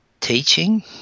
teaching